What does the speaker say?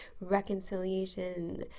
reconciliation